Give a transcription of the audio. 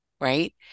right